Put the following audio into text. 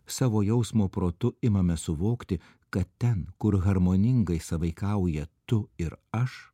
savo jausmo protu imame suvokti kad ten kur harmoningai sąveikauja tu ir aš